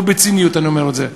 לא בציניות אני אומר את זה,